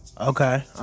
Okay